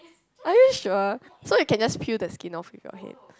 are you sure so you can just peel the skin off with your hand